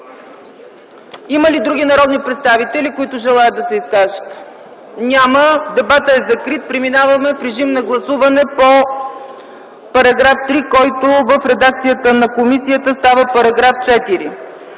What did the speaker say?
Има ли други народни представители, които желаят да се изкажат? Няма. Дебатът е закрит. Преминаваме към режим на гласуване по § 3, който в редакцията на комисията става § 4.